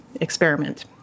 experiment